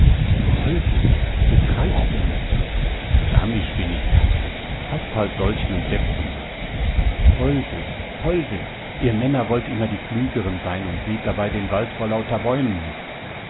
poldl begreifst denn net damisch bin ich katzel hast halt solch nen depp zum mann poldl poldl ihr männer wollt immer die klügeren sein und seht dabei den wald vor lauter bäumen nicht